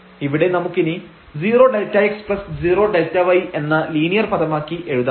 ഇവിടെ നമുക്കിനി 0Δx0Δy എന്ന ലീനിയർ പദമാക്കി എഴുതാം